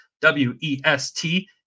W-E-S-T